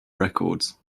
records